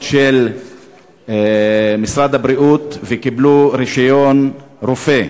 של משרד הבריאות וקיבלו רישיון רופא.